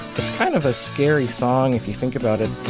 it's kind of a scary song if you think about it.